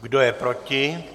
Kdo je proti?